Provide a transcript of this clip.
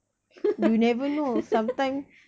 you never know sometime